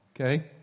Okay